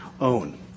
own